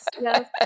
yes